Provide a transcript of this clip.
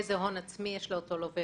איזה הון עצמי יש לאותו לווה,